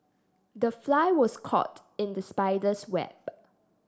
the fly was caught in the spider's web